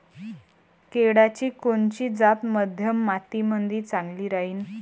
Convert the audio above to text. केळाची कोनची जात मध्यम मातीमंदी चांगली राहिन?